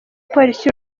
polisi